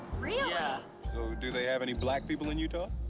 really? yeah. so do they have any black people in utah?